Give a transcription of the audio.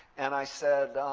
and i said,